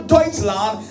Deutschland